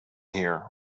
here